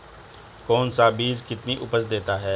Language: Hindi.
कौन सा बीज कितनी उपज देता है?